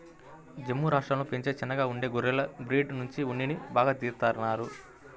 జమ్ము రాష్టంలో పెంచే చిన్నగా ఉండే గొర్రెల బ్రీడ్ నుంచి ఉన్నిని బాగా తీత్తారు